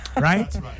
right